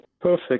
perfect